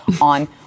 on